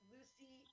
Lucy